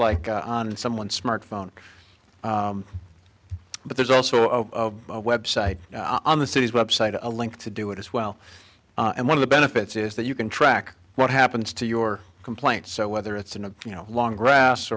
like on someone smartphone but there's also a website on the city's website a link to do it as well and one of the benefits is that you can track what happens to your complaint so whether it's in a you know a long grass